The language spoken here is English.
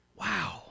wow